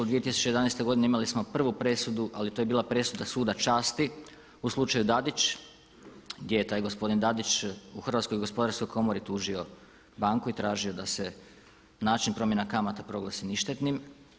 2011. godine imali smo prvu presudu, ali to je bila presuda Suda časti u slučaju Dadić gdje je taj gospodin Dadić u Hrvatskoj gospodarskoj komori tužio banku i tražio da se način promjena kamata proglasi ništetnim.